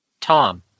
Tom